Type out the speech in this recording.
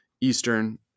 Eastern